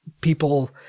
people